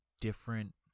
different